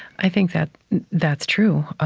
i think that that's true,